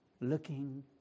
looking